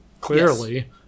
clearly